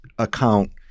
Account